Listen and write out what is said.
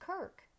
Kirk